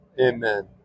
Amen